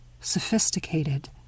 sophisticated